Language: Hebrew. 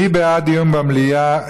מי בעד דיון במליאה?